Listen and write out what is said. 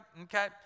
Okay